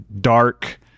dark